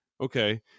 okay